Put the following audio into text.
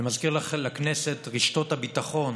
אני מזכיר לכנסת: רשתות הביטחון